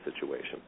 situation